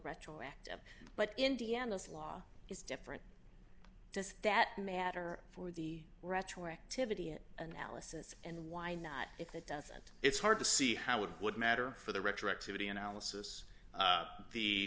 retroactive but indiana's law is different does that matter for the retroactivity analysis and why not if it doesn't it's hard to see how it would matter for the retroactivity analysis